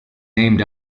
named